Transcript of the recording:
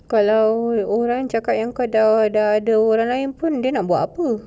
kalau orang cakap yang kau ada orang lain dia nak buat apa